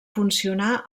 funcionar